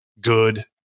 good